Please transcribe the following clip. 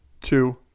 two